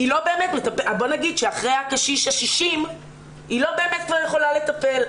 בוא נגיד שאחרי הקשיש ה-60 היא לא באמת יכולה לטפל.